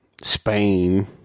Spain